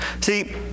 See